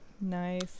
nice